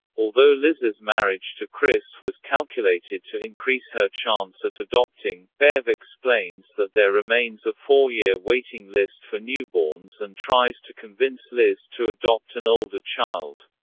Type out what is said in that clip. although liz's marriage to criss was calculated to increase her chance at adopting, bev explains that there remains a four-year waiting list for newborns and tries to convince liz to adopt an older child.